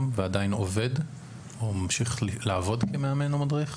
ועדיין ממשיך לעבוד כמאמן או מדריך?